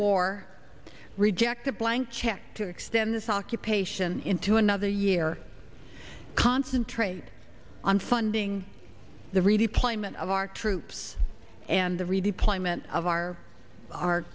war reject a blank check to extend this occupation into another year concentrate on funding the redeployment of our troops and the redeployment of our our